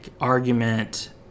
argument